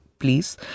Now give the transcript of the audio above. please